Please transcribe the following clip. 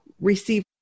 receive